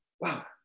wow